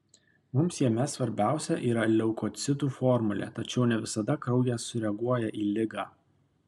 mums jame svarbiausia yra leukocitų formulė tačiau ne visada kraujas sureaguoja į ligą